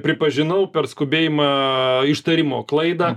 pripažinau per skubėjimą ištarimo klaidą